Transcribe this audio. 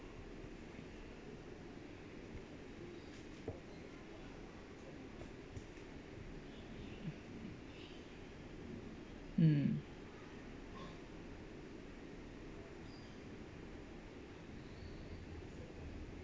mm